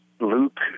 Luke